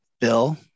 Bill